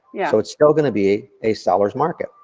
yeah. so it's still gonna be a sellers market.